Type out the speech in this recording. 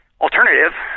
alternative